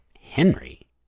Henry